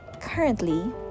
currently